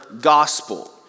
gospel